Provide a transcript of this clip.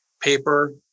paper